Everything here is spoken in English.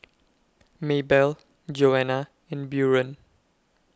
Maybelle Joanna and Buren